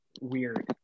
weird